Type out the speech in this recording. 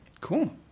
Cool